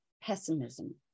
pessimism